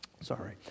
Sorry